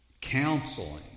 Counseling